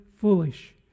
foolish